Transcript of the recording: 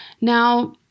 Now